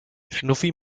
schnuffi